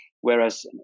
Whereas